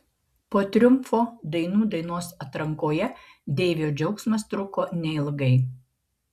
po triumfo dainų dainos atrankoje deivio džiaugsmas truko neilgai